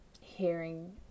hearing